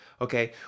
okay